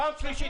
פעם שלישית,